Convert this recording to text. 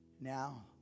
Now